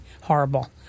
horrible